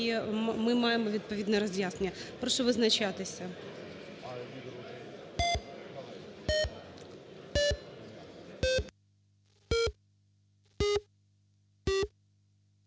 і ми маємо відповідне роз'яснення. Прошу визначатися.